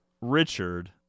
Richard